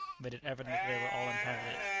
made it evident that they were all inhabited.